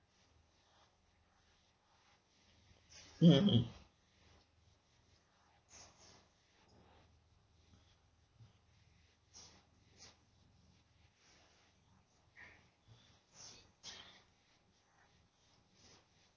mmhmm